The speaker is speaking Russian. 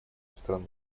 страну